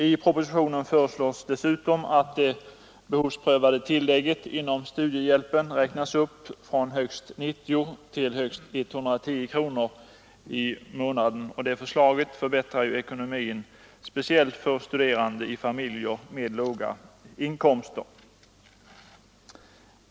I propositionen föreslås dessutom att det behovsprövade tillägget inom studiehjälpen räknas upp från högst 90 kronor till högst 110 kronor i månaden, och ett genomförande av det förslaget förbättrar ekonomin speciellt för studerande i familjer med låga inkomster.